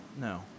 No